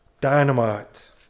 dynamite